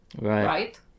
right